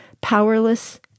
powerless